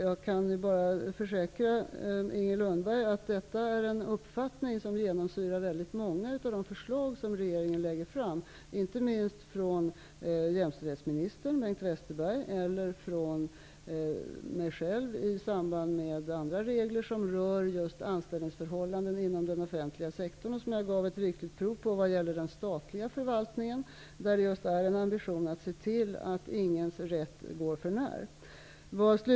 Jag kan försäkra Inger Lundberg att detta är en uppfattning som genomsyrar många av de förslag som regeringen lägger fram, inte minst från jämställdhetsminister Bengt Westerberg eller mig i samband med andra regler som rör anställningsförhållanden inom den offentliga sektorn. Jag gav rikliga prov på detta när det gäller den statliga förvaltningen. Där är ambitionen att se till att man inte går någons rätt för när.